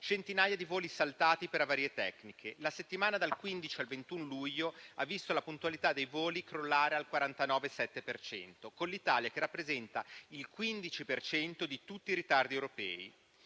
centinaia di voli saltati per avarie tecniche. La settimana dal 15 al 21 luglio ha visto la puntualità dei voli crollare al 49,7 per cento, con l'Italia che rappresenta il 15 per cento di tutti i ritardi europei.